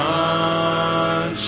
on